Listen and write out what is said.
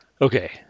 Okay